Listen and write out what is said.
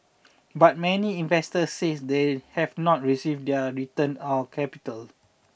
but many investors said they have not received their return or capital